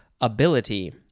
ability